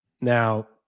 Now